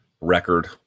record